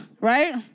right